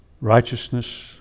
righteousness